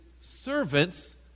servants